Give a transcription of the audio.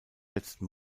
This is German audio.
letzten